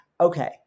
okay